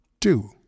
two